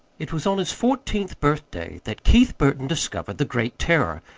it was on his fourteenth birthday that keith burton discovered the great terror,